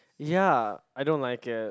ya I don't like it